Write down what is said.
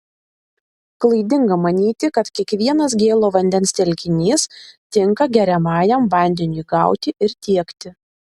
klaidinga manyti kad kiekvienas gėlo vandens telkinys tinka geriamajam vandeniui gauti ir tiekti